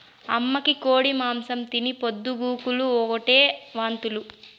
అమ్మకి కోడి మాంసం తిని పొద్దు గూకులు ఓటే వాంతులు